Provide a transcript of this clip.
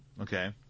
okay